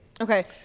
Okay